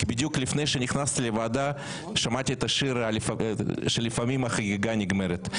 כי בדיוק לפני שנכנסתי לוועדה שמעתי את השיר שלפעמים החגיגה נגמרת.